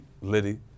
Liddy